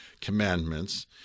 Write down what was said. commandments